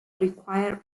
require